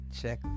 check